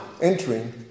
entering